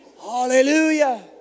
Hallelujah